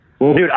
Dude